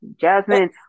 Jasmine